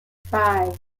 five